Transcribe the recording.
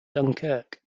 dunkirk